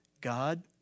God